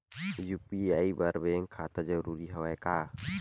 UPI बर bank खाता जरूरी हवय का?